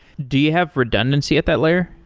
do you have redundancy at that layer?